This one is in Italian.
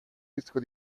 disco